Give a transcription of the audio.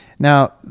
Now